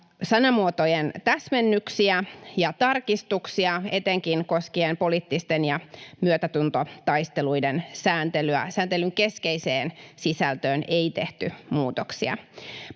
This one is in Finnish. sanamuotojen täsmennyksiä ja tarkistuksia etenkin koskien poliittisten ja myötätuntotaisteluiden sääntelyä. Sääntelyn keskeiseen sisältöön ei tehty muutoksia.